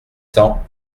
cents